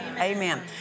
Amen